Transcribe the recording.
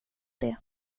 det